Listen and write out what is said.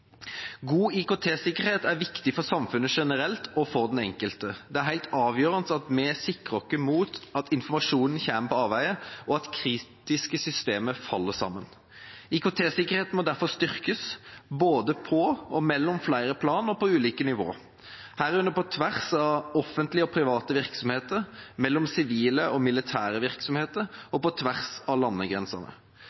God IKT-sikkerhet er viktig for samfunnet generelt og for den enkelte. Det er helt avgjørende at vi sikrer oss mot at informasjon kommer på avveier og at kritiske systemer faller sammen. IKT-sikkerheten må derfor styrkes både på og mellom flere plan og på ulike nivå – herunder på tvers av offentlige og private virksomheter, mellom sivile og militære virksomheter